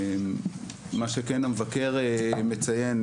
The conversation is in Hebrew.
מה שכן המבקר מציין,